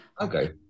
okay